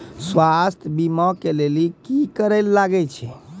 स्वास्थ्य बीमा के लेली की करे लागे छै?